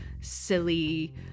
silly